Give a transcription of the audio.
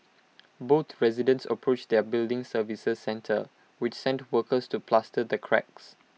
both residents approached their building services centre which sent workers to plaster the cracks